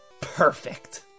perfect